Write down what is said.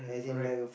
mm correct